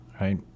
right